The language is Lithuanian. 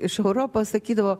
iš europos sakydavo